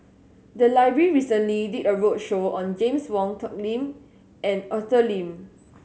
the library recently did a roadshow on James Wong Tuck Lim and Arthur Lim